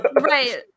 Right